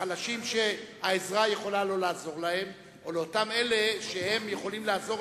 לחלשים שהעזרה יכולה לא לעזור להם או לאותם אלה שהם יכולים לעזור